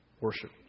Worship